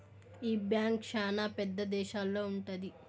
ఈ బ్యాంక్ శ్యానా పెద్ద దేశాల్లో ఉంటది